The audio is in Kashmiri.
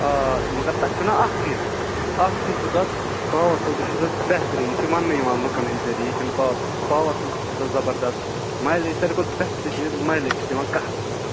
آ مگر تَتھ چھُنہ اَکھ چیٖز اَکھ چیٖز چھُ تَتھ پاوَر فُل تہِ چھُ تَتھ بہتریٖن یہِ چھُ وَنہٕ یِوان لُکن ہِنٛدۍ ذٔریہِ یہِ چھنہٕ پاوَر پاوَر فُل تہِ چھےٚ سۄ زبردَس مَیلیج ساروٕے کھۄتہٕ بٮ۪سٹ چیٖز مَیلیج چھِ دِوان قہر سۄ